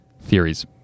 theories